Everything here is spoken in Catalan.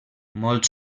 molt